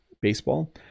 baseball